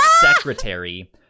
secretary